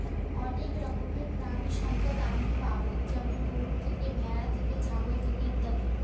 অনেক রকমের প্রানীসম্পদ আমি পাবো যেমন গরু থেকে, ভ্যাড়া থেকে, ছাগল থেকে ইত্যাদি